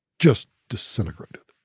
just disintegrated.